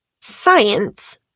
science